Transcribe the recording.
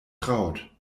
traut